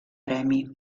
premi